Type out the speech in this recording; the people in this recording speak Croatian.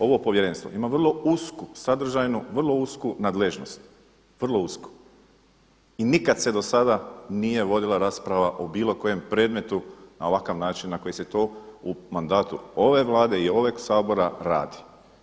Ovo povjerenstvo ima vrlo usku, sadržajnu vrlo usku nadležnost, vrlo usku i nikad se do sada nije vodila rasprava o bilo kojem predmetu na ovakav način na koji se to u mandatu ove Vlade i ovog Sabora radi.